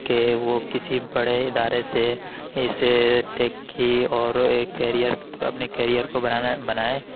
کہ وہ کسی بڑے ادارے سے اسے ٹیک کی اور ایک کیرئر کو اپنے کیرئر کو بنانا بنائے